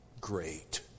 great